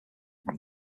there